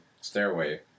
stairway